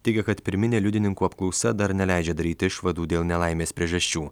teigia kad pirminė liudininkų apklausa dar neleidžia daryti išvadų dėl nelaimės priežasčių